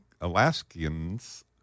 Alaskans